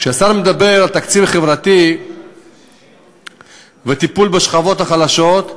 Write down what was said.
כשהשר מדבר על תקציב חברתי וטיפול בשכבות החלשות,